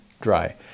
dry